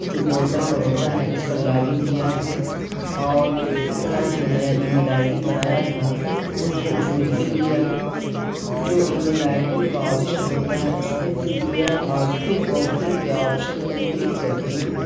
جو پورٹل پر ہوتا ہے اس پر لاگ ان کیا اور اپنا جو نیا ای میل آئی ڈی بنایا تھا اس کو اس میں فل کیا جو ای میل آئی ڈی کا آپشن ہوتا ہے اس میں فل کیا اور پھر اوکے کے آپشن پر کلک کر کے